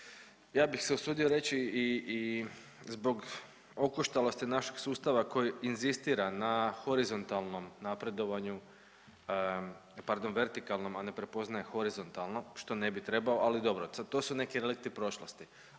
ja bih se usudio reći i, i zbog okoštalosti našeg sustava koji inzistira na horizontalnom napredovanju, pardon, vertikalnom, a ne prepoznaje horizontalno, što ne bi trebao, ali dobro, sad to su neki relikti prošlosti,